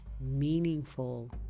meaningful